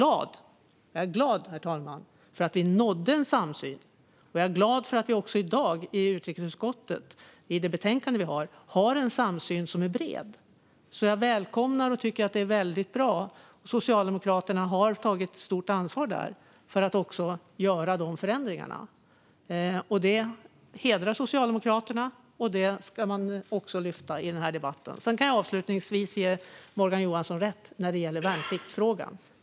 Men jag är glad, herr talman, för att vi nådde en samsyn, och jag är glad för att vi i dag har en bred samsyn i utrikesutskottets betänkande. Jag välkomnar det och tycker att det är väldigt bra. Socialdemokraterna har tagit ett stort ansvar för att göra dessa förändringar. Det hedrar Socialdemokraterna, och det ska man också lyfta i denna debatt. Sedan kan jag avslutningsvis ge Morgan Johansson rätt när det gäller värnpliktsfrågan.